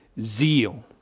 zeal